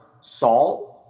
salt